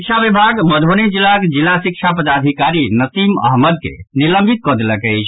शिक्षा विभाग मधुबनी जिलाक जिला शिक्षा पदाधिकारी नसीम अहमद के निलंबित कऽ देलक अछि